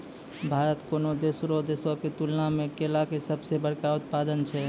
भारत कोनो दोसरो देशो के तुलना मे केला के सभ से बड़का उत्पादक छै